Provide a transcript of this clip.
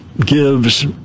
gives